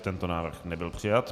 Tento návrh nebyl přijat.